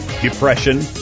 depression